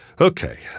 Okay